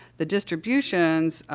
the distributions, ah,